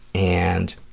and